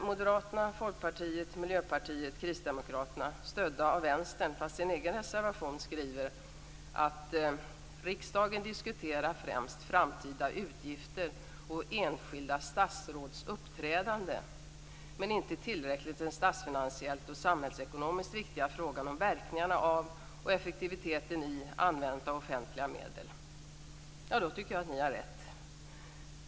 Moderaterna, Folkpartiet, Miljöpartiet och Kristdemokraterna, stödda av Vänstern i en egen reservation, skriver att riksdagen främst diskuterar framtida utgifter och enskilda statsråds uppträdande, men inte tillräckligt den statsfinansiellt och samhällsekonomiskt viktiga frågan om verkningarna av och effektiviteten i användandet av offentliga medel. Jag tycker att ni har rätt.